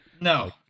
No